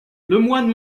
lemoine